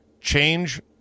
Change